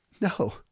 No